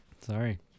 Sorry